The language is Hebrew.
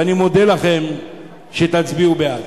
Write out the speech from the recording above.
ואני מודה לכם אם תצביעו בעד.